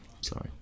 Sorry